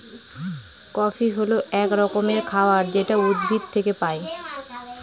coffee হল এক রকমের খাবার যেটা উদ্ভিদ থেকে পায়